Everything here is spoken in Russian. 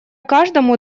каждому